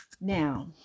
Now